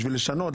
כדי לשנות,